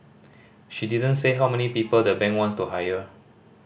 she didn't say how many people the bank wants to hire